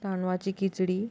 तांदळाची खिचडी